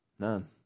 none